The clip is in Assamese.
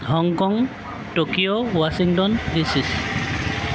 Hong Kong Tokyo Washington DC